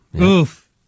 oof